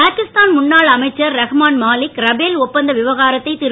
பாகிஸ்தான் முன்னாள் அமைச்சர் ரஹமான் மாலிக் ரபேல் ஒப்பந்த விவகாரத்தை திரு